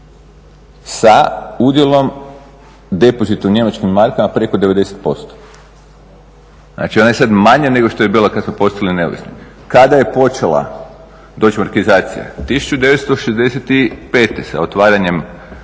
sa udjelom depozita u njemačkim markama preko 90%. Znači ona je sad manja nego što je bila kad smo postali neovisni. Kada je počela deutschmarkizacija? 1965. sa otvaranjem